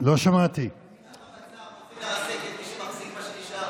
את מי שמחזיק מה שנשאר?